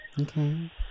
Okay